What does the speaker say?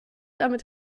damit